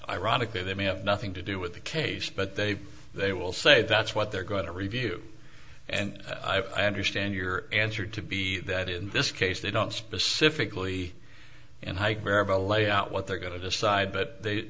ironically they may have nothing to do with the case but they they will say that's what they're going to review and i understand your answer to be that in this case they don't specifically and i grab a lay out what they're going to decide but they